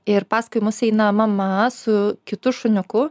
ir paskui mus eina mama su kitu šuniuku